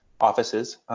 offices